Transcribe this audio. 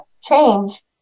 change